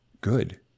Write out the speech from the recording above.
good